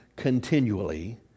continually